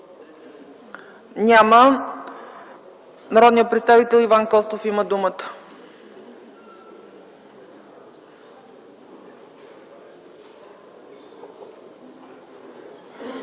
Няма. Народният представител Иван Костов има думата.